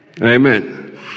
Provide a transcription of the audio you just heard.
Amen